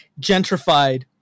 gentrified